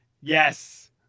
Yes